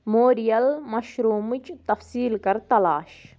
morale مشرومٕچ تفصیٖل کَر تلاش